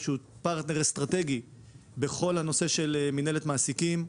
שהוא פרטנר אסטרטגי בכל הנושא של מינהלת מעסיקים,